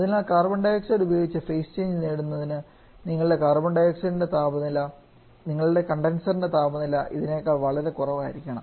അതിനാൽ carbon dioxide ഉപയോഗിച്ച് phase change നേടുന്നതിന് നിങ്ങളുടെ കണ്ടൻസറിന്റെ താപനില ഇതിനേക്കാൾ വളരെ കുറവായിരിക്കണം